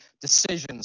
decisions